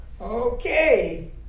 Okay